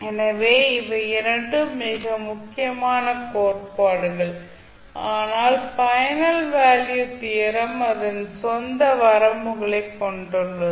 எனவே இவை இரண்டும் மிக முக்கியமான கோட்பாடுகள் ஆனால் பைனல் வேல்யூ தியரம் அதன் சொந்த வரம்புகளை கொண்டுள்ளது